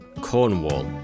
Cornwall